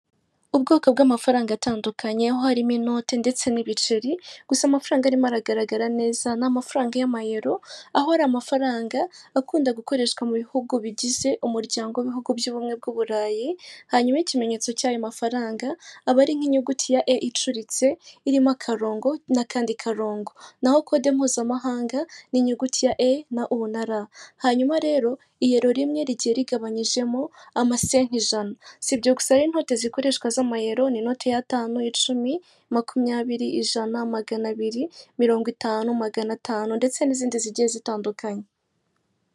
Ubwoko bw'amafaranga atandukanye, aho harimo inote ndetse n'ibiceri, gusa amafaranga arimo aragaragara neza ni mafaranga y'amayero, aho ari amafaranga akunda gukoreshwa mu bihugu bigize umuryango w'ibihugu by'ubumwe bw'u Burayi, hanyuma ikimenyetso cy'ayo mafaranga aba ari nk'inyuguti ya e icuritse irimo akarongo n'akandi karongo. Naho kode mpuzamahanga ni inyuguti ya e na u na ra. Hanyuma rero iyero rimwe rigiye rigabanyijemo amasenke ijana. Sibyo gusa rero inote zikoreshwa z'amayero ni inote y'atanu, icumi, makumyabiri, ijana, magana abiri, mirongo itanu, magana atanu, ndetse n'izindi zigiye zitandukanye.